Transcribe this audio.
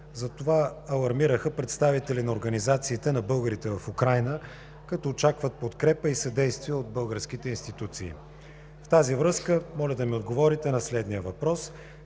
За това алармираха представители на организациите на българите в Украйна, като очакват подкрепа и съдействие от българските институции. В тази връзка моля да ми отговорите на следния въпрос: